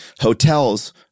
Hotels